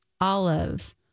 olives